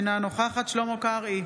אינה נוכחת שלמה קרעי,